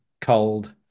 Cold